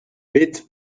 bit